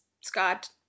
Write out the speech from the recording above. scott